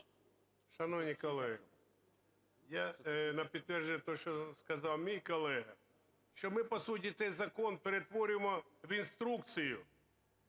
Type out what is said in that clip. Шановні колеги, я на підтвердження того, що сказав мій колега, що ми по суті цей закон перетворюємо в інструкцію